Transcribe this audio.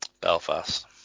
Belfast